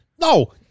No